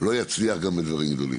לא יצליח גם בדברים גדולים.